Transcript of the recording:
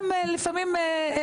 לא רק בשבילי גם לעוד כלפי אנשים בארץ